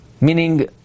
meaning